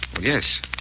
yes